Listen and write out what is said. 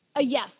Yes